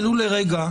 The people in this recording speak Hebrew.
ולו לרגע,